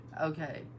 Okay